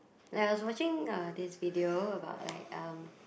like I was watching uh this video about like um